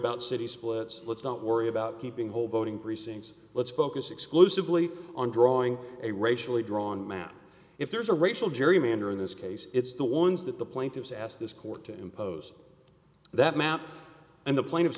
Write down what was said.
about city splits let's don't worry about keeping whole voting precincts let's focus exclusively on drawing a racially drawn map if there is a racial gerrymander in this case it's the ones that the plaintiffs asked this court to impose that map and the pla